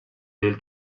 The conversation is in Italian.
del